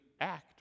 act